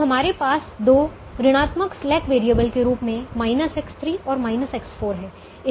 तो हमारे पास 2 ऋणात्मक स्लैक वैरिएबल के रूप में X3 और X4 है